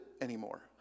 anymore